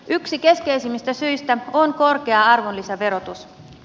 yksi keskeisimmistä syistä on korkea arvonlisäverotus